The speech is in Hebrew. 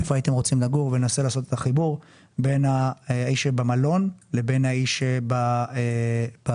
וננסה לעשות את החיבור בין האיש שבמלון לבין האיש שברשות,